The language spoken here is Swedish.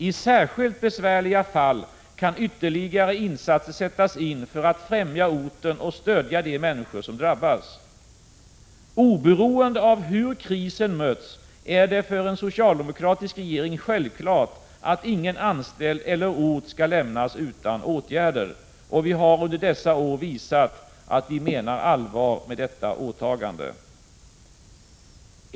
I särskilt besvärliga fall kan ytterligare insatser sättas in för att främja orten och stödja de människor som drabbas. Oberoende av hur krisen möts är det för en socialdemokratisk regering självklart att ingen anställd eller ort skall lämnas utan åtgärder! Vi har under dessa år visat att vi menar allvar med detta åtagande.